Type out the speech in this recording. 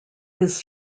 his